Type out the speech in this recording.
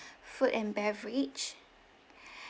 food and beverage